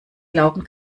glauben